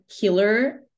killer